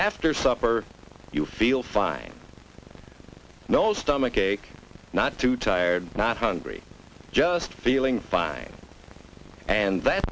after supper you feel fine no stomach ache not too tired not hungry just feeling fine and th